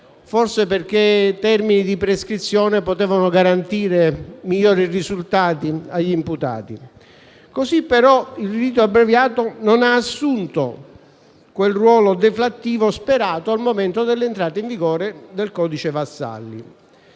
forse perché i termini di prescrizione potevano garantire migliori risultati agli imputati. Così però il rito abbreviato non ha assunto quel ruolo deflattivo sperato al momento dell'entrata in vigore del codice Vassalli.